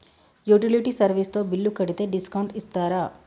Utility service తో bill కడితే discount ఇస్తరా?